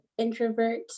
introverts